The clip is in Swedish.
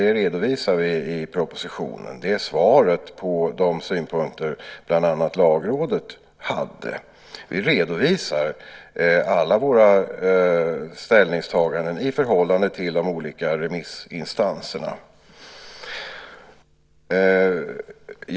Det redovisar vi i propositionen. Det är svaret på de synpunkter som bland annat Lagrådet hade. Vi redovisar alla våra ställningstaganden i förhållande till de olika remissinstanserna.